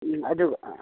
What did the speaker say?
ꯎꯝ ꯑꯗꯨꯒ